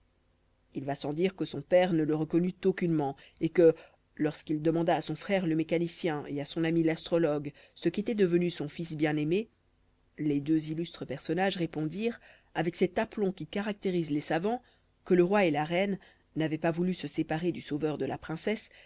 il va sans dire que son père ne le reconnut aucunement et que lorsqu'il demanda à son frère le mécanicien et à son ami l'astrologue ce qu'était devenu son fils bien-aimé les deux illustres personnages répondirent avec cet aplomb qui caractérise les savants que le roi et la reine n'avaient pas voulu se séparer du sauveur de la princesse